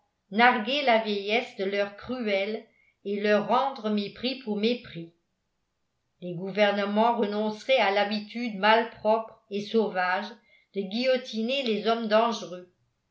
narguer la vieillesse de leurs cruelles et leur rendre mépris pour mépris les gouvernements renonceraient à l'habitude malpropre et sauvage de guillotiner les hommes dangereux